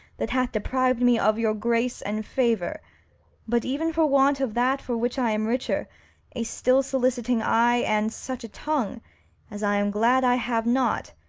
that hath depriv'd me of your grace and favour but even for want of that for which i am richer a still-soliciting eye, and such a tongue as i am glad i have not,